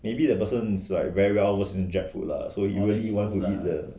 maybe the person so I very well versed in jap food lah so he really want to eat there